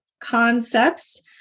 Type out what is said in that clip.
concepts